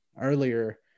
earlier